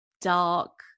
dark